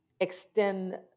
extend